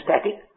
static